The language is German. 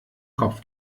kopf